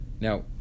Now